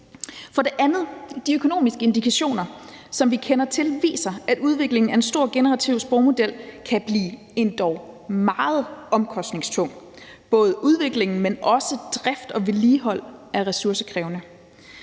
For det andet viser de økonomiske indikationer, som vi kender til, at udviklingen af en stor generativ sprogmodel kan blive endog meget omkostningstung. Både udviklingen og driften og vedligeholdelsen er ressourcekrævende.